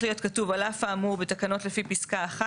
להיות כתוב על אף האמור בתקנות לפי פסקה (1),